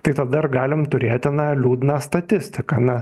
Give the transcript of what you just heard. tai tada ir galim turėti na liūdną statistiką na